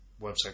website